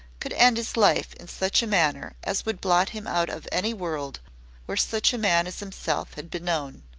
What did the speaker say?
could end his life in such a manner as would blot him out of any world where such a man as himself had been known.